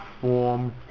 form